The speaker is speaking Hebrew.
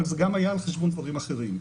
אבל זה גם היה על חשבון דברים אחרים.